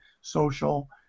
social